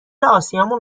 آسیامون